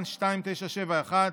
פ/2971/24,